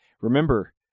Remember